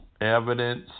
evidence